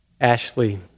Ashley